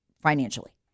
financially